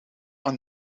aan